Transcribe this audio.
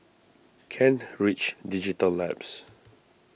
Kent Ridge Digital Labs